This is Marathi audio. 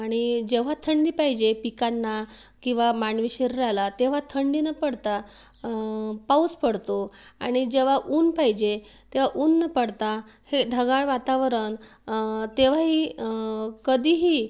आणि जेव्हा थंडी पाहिजे पिकांना किंवा मानवी शरीराला तेव्हा थंडी न पडता पाऊस पडतो आणि जेव्हा ऊन पाहिजे तेव्हा ऊन न पडता हे ढगाळ वातावरण तेव्हाही कधीही